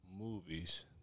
movies